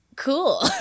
cool